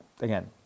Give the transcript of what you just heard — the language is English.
again